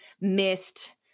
missed